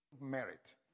merit